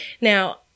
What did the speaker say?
Now